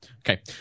Okay